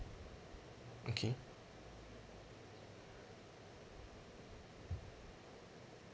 okay